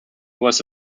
was